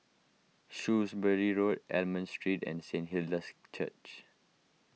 Shrewsbury Road Almond Street and Saint Hilda's Church